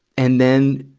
and then,